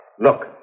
Look